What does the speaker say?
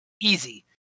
easy